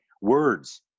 words